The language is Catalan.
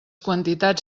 quantitats